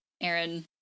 aaron